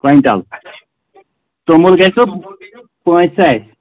quintal توٚمُل گژھِوُ پانٛژھِ ساسہِ